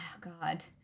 God